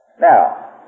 Now